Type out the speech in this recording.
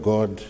God